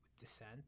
dissent